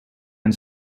and